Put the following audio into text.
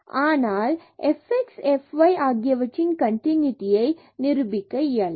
ஆனால் நாம் fx மற்றும் fy ஆகியவற்றின் கண்டினுடியை நிரூபிக்க இயலாது